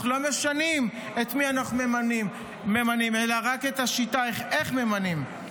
אנחנו לא משנים את מי אנחנו ממנים אלא רק את השיטה איך ממנים.